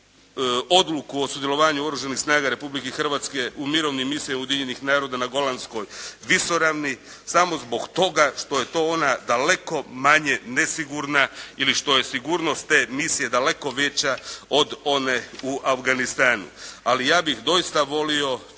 Odluku o sudjelovanju Oružanih snaga Republike Hrvatske u mirovnoj misiji Ujedinjenih naroda na Golanskoj visoravni samo zbog toga što je to ona daleko manje nesigurna, ili što je sigurnost te misije daleko veća od one u Afganistanu. Ali ja bih doista volio